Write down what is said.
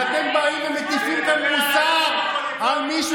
ואתם באים ומטיפים כאן מוסר על מישהו